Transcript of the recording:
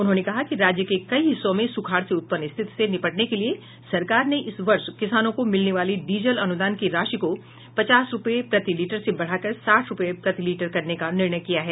उन्होंने कहा कि राज्य के कई हिस्सों में सुखाड़ से उत्पन्न स्थिति से निपटने के लिए सरकार ने इस वर्ष किसानों को मिलने वाली डीजल अनुदान की राशि को पचास रुपये प्रति लीटर से बढ़ाकर साठ रुपये प्रति लीटर करने का निर्णय किया है